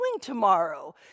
tomorrow